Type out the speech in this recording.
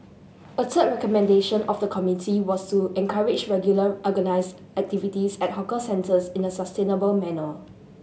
a third recommendation of the committee was to encourage regular organised activities at hawker centres in a sustainable manner